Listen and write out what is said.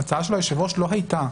ההצעה של היושב-ראש לא הייתה,